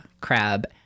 crab